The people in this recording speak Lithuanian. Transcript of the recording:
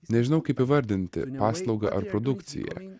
nežinau kaip įvardinti paslauga ar produkcija